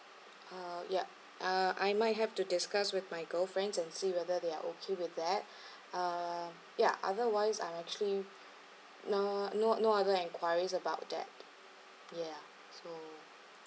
uh ya uh I might have to discuss with my girl friends and see whether they are okay with that uh ya otherwise I'm actually no no no other enquiries about that ya so